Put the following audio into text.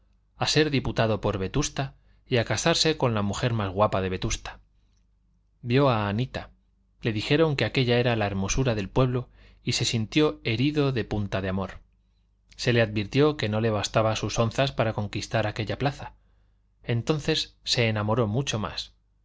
a ser diputado por vetusta y a casarse con la mujer más guapa de vetusta vio a anita le dijeron que aquella era la hermosura del pueblo y se sintió herido de punta de amor se le advirtió que no le bastaban sus onzas para conquistar aquella plaza entonces se enamoró mucho más